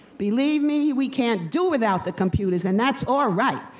believe me, we can't do without the computers, and that's all right,